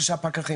שלושה פקחים.